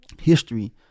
history